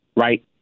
right